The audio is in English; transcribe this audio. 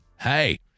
Hey